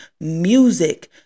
music